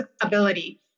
ability